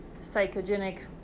psychogenic